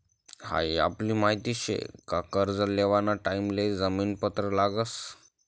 हाई आपले माहित शे का कर्ज लेवाना टाइम ले जामीन पत्र लागस